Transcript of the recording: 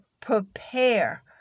prepare